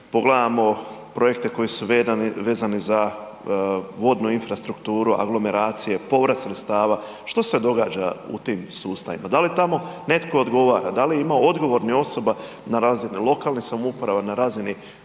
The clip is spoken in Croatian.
Pogledajmo projekte koji su vezani za vodnu infrastrukturu, aglomeracije, povrat sredstava, što se događa u tim sustavima? Da li tamo netko odgovara? Da li ima odgovornih osoba na razni lokalnih samouprava, na razini